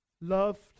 Loved